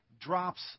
Drops